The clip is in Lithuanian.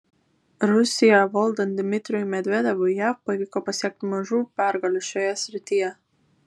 rusiją valdant dmitrijui medvedevui jav pavyko pasiekti mažų pergalių šioje srityje